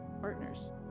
partners